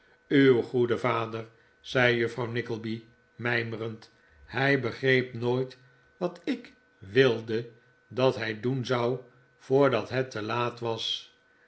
uw goede vader zei juffrouw nickleby mijmerend hij begreep nooit wat ik wilde dat hij doen zou voordat het te laat was